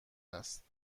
است